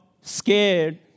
scared